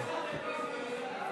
מי שמצביע בעד